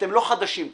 ואתם לא חדשים כאן,